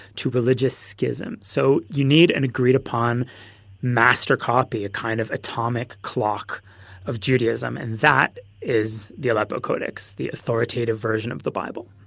to religious schisms. so you need an agreed upon master copy, a kind of atomic clock of judaism. and that is the aleppo codex, the authoritative version of the bible